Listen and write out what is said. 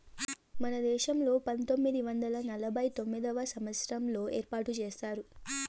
మన దేశంలో పంతొమ్మిది వందల నలభై తొమ్మిదవ సంవచ్చారంలో ఏర్పాటు చేశారు